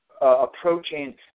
approaching